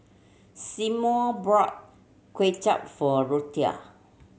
Symone brought Kway Chap for Ruthie